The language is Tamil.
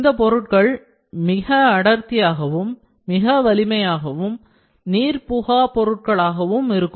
இந்த பொருட்கள் மிக அடர்த்தியாகவும் மிக வலிமையாகவும் நீர் புகா பொருட்களாகவும் இருக்கும்